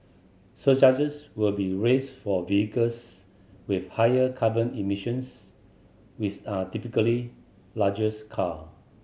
surcharges will be raised for vehicles with higher carbon emissions which are typically larger car